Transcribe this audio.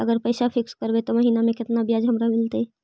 अगर पैसा फिक्स करबै त महिना मे केतना ब्याज हमरा मिलतै?